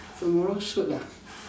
tomorrow shoot ah